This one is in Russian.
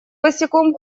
босиком